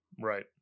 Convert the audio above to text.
right